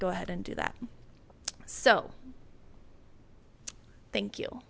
go ahead and do that so thank you